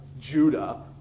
Judah